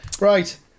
Right